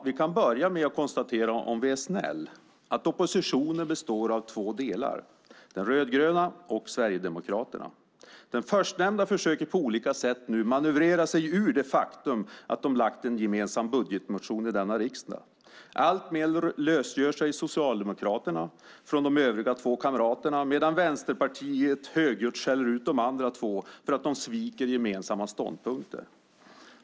Vi kan börja med att om vi är snälla konstatera att oppositionen består av två delar: den rödgröna och Sverigedemokraterna. Den förstnämnda försöker nu på olika sätt manövrera sig ur det faktum att man lagt fram en gemensam budgetmotion i denna riksdag. Alltmer lösgör sig Socialdemokraterna från de övriga två kamraterna medan Vänsterpartiet högljutt skäller ut de andra två för att de sviker gemensamma ståndpunkter.